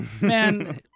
man